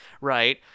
right